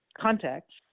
context